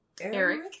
Eric